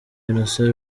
innocent